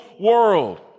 world